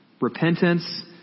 repentance